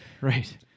right